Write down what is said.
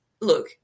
look